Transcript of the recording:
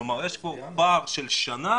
כלומר, יש כאן פער של שנה